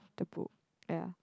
the book ya